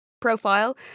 profile